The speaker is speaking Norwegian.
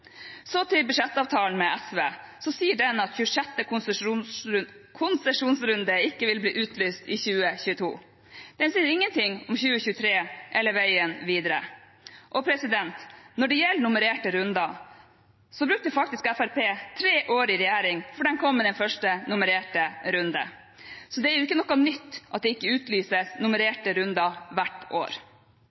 Så til budsjettavtalen med SV: Den sier at 26. konsesjonsrunde ikke vil bli utlyst i 2022. Den sier ingenting om 2023 eller veien videre. Når det gjelder nummererte runder, brukte faktisk Fremskrittspartiet tre år i regjering før de kom med den første nummererte runden. Så det er ikke noe nytt at det ikke utlyses nummererte runder hvert år.